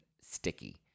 sticky